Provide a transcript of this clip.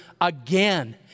again